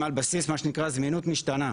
הם על בסיס זמינות משתנה,